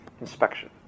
inspection